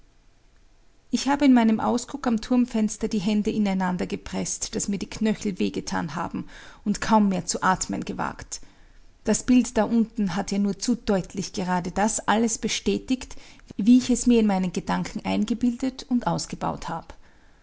ich habe in meinem ausguck am turmfenster die hände ineinandergepreßt daß mir die knöchel weh getan haben und kaum mehr zu atmen gewagt das bild da unten hat ja nur zu deutlich gerade das alles bestätigt wie ich es mir in meinen gedanken eingebildet und ausgebaut hab